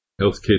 healthcare